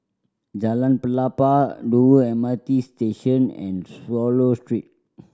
Jalan Pelepah Dover M R T Station and Swallow Street